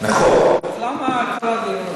אז למה כל הדיבורים?